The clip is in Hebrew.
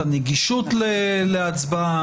הנגישות להצבעה.